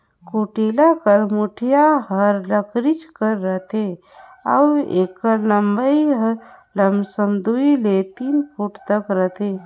कुटेला कर मुठिया हर लकरिच कर रहथे अउ एकर लम्मई लमसम दुई ले तीन फुट तक रहथे